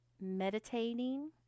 meditating